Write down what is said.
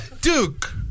Duke